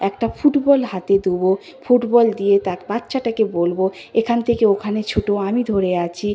একটা ফুটবল হাতে দেব ফুটবল দিয়ে তাকে বাচ্চাটাকে বলব এখান থেকে ওখানে ছোটো আমি ধরে আছি